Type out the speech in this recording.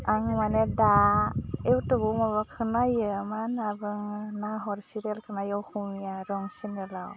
आं माने दा इउटुबाव माबाखौ नायो मा होनना बुङो नाहर सिरियालखौ नायो अखमिया रं सेनेलाव